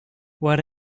what